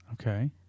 Okay